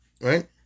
right